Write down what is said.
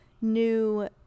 new